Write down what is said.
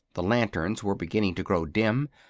the lanterns were beginning to grow dim,